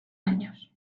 años